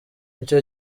icyo